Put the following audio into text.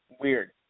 Weird